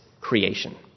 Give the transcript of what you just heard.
creation